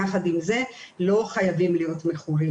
יחד עם זה לא חייבים להיות מכורים.